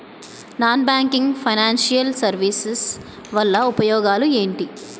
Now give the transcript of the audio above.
Non banking financial services వల్ల ఉపయోగాలు ఎంటి?